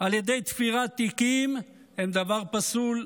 על ידי תפירת תיקים הם דבר פסול,